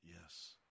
Yes